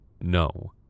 no